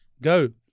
Go